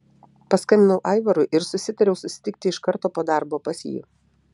paskambinau aivarui ir susitariau susitikti iš karto po darbo pas jį